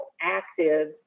active